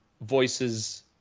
voices